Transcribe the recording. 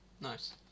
Nice